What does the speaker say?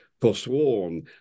forsworn